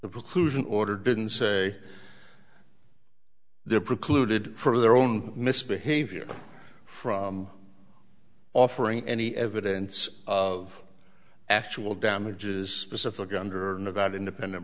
preclusion order didn't say there precluded for their own misbehavior from offering any evidence of actual damages to safaga under nevada independent